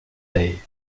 day